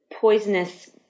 poisonous